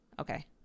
Okay